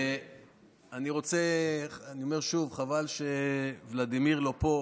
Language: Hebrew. אני אומר שוב, חבל שוולדימיר לא פה,